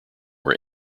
were